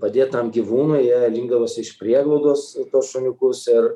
padėt tam gyvūnui jie rinkdavosi iš prieglaudos tuos šuniukus ir